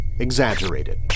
exaggerated